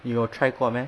你有 try 过 meh